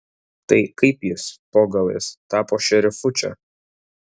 tai kaip jis po galais tapo šerifu čia